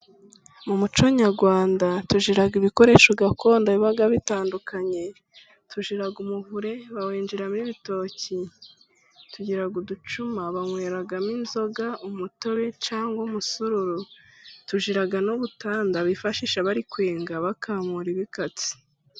Mu muco nyarwanda tugiraga ibikoresho gakondo biba bitandukanye. Tugira umuvure bawengeramo ibitoki, tugira uducuma banyweramo inzoga, umutobe cyangwa umusururu, tugirara n'ubutanda bifashisha bari kwenga, bakamura ibikatsi.